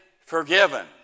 forgiven